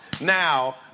Now